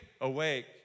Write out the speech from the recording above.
awake